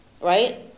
right